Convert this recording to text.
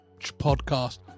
Podcast